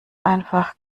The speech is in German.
einfach